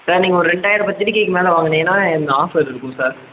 sir நீங்கள் ஒரு ரெண்டாயிரம் பத்திரிக்கைக்கு மேலே வாங்குனீங்கன்னா என் ஆஃபர் இருக்கும் சார்